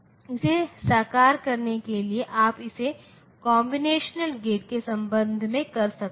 इसे साकार करने के लिए आप इसे कॉम्बिनेशनल गेट के संदर्भ में कर सकते हैं